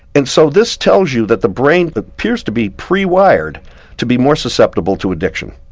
and so this tells you that the brain appears to be pre-wired to be more susceptible to addiction.